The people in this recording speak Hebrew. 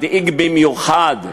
מדאיג במיוחד,